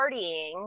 partying